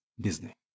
Disney